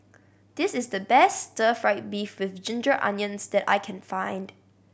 this is the best stir fried beef with ginger onions that I can find